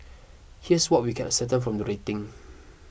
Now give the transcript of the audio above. here's what we can ascertain from the rating